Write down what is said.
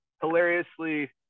hilariously